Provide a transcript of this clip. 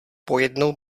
pojednou